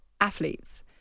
athletes